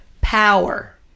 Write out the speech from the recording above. power